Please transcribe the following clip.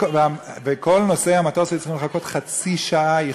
וכל נוסעי המטוס היו צריכים לחכות, חצי שעה איחור.